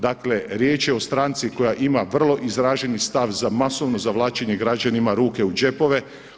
Dakle riječ je o stranci koja ima vrlo izraženi stav za masovno zavlačenje građanima ruke u džepove.